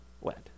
wet